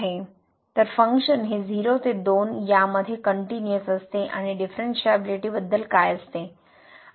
तरफंक्शन हे 0 ते 2 या मध्ये कनट्युनिअस असते आणि डिफरनशिएबीलीटी बद्दल काय असते